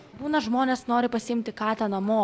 būna žmonės nori pasiimti katę namo